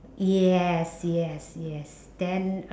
yes yes yes then